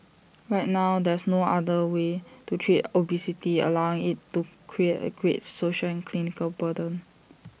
right now there's no other way to treat obesity allowing IT to create A great social and clinical burden